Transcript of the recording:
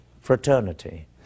fraternity